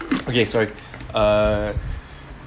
okay sorry err